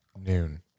noon